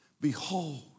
Behold